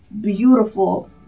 beautiful